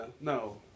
no